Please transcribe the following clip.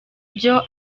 byo